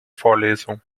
vorlesung